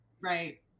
Right